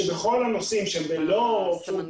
שבכל הנושאים למשל,